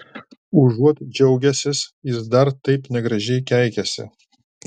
užuot džiaugęsis jis dar taip negražiai keikiasi